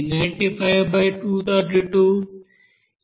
ఇది 0